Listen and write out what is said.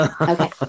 Okay